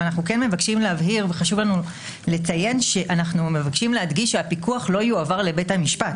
אבל כן חשוב לנו להדגיש ואנחנו מבקשים שהפיקוח לא יועבר לבית המשפט.